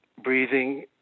breathing